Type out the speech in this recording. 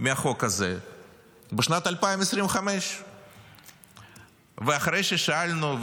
מהחוק הזה בשנת 2025. ואחרי ששאלנו,